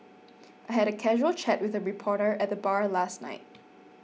I had a casual chat with a reporter at the bar last night